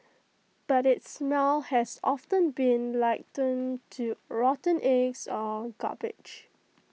but its smell has often been likened to rotten eggs or garbage